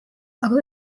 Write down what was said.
aga